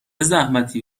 زحمتی